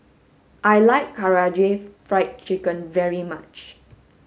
I like Karaage Fried Chicken very much